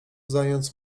zając